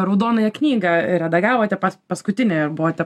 raudonąją knygą redagavote paskutinė buvote